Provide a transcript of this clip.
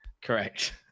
Correct